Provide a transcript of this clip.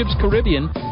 Caribbean